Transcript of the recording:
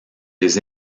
des